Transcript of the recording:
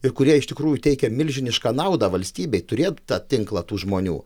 ir kurie iš tikrųjų teikia milžinišką naudą valstybei turėt tą tinklą tų žmonių